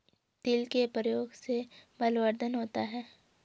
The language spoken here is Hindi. तिल के प्रयोग से बलवर्धन होता है